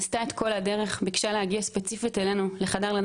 עשתה את כל הדרך ביקשה להגיע ספציפית אלינו לחדר לידה